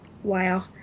Wow